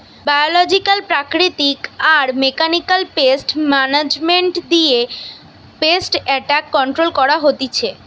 biological প্রাকৃতিক আর mechanical pest management দিয়ে পেস্ট এট্যাক কন্ট্রোল করা হতিছে